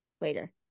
later